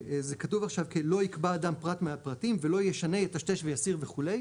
זה כתוב עכשיו כלא יקבע אדם פרט מהפרטים ולא ישנה יטשטש ויסיר וכו',